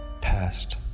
past